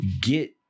get